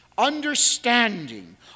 understanding